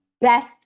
best